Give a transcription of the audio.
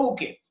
Okay